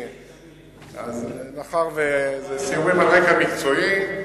מאחר שאלה סיורים על רקע מקצועי,